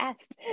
asked